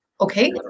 okay